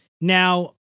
Now